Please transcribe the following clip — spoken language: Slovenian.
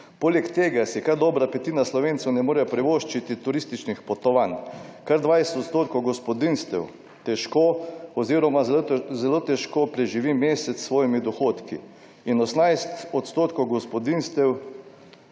Poleg tega si kar dobra petina Slovencev ne more privoščiti turističnih potovanj, kar 20 odstotkov gospodinjstev težko oziroma zelo težko preživi mesec s svojimi dohodki in 18 odstotkov gospodinjstev